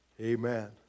Amen